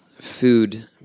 food